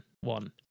One